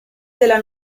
della